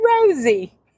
Rosie